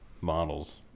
models